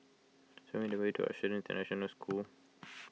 show me the way to Australian International School